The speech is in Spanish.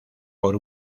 por